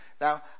now